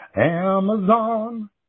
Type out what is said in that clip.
Amazon